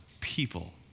people